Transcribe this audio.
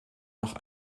noch